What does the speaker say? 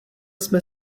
jsem